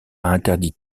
interdit